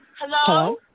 Hello